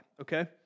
okay